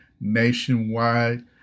nationwide